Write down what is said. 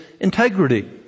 integrity